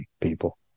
people